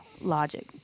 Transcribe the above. logic